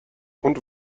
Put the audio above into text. und